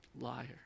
liar